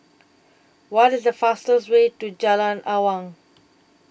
What IS The fastest Way to Jalan Awang